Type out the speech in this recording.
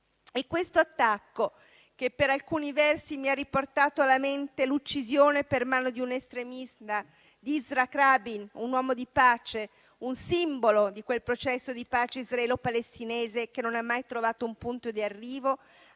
Questo attacco per alcuni versi mi ha riportato alla mente l'uccisione per mano di un estremista di Yitzhak Rabin, un uomo di pace, un simbolo di quel processo di pace israelo-palestinese che non ha mai trovato un punto di arrivo,